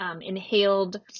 inhaled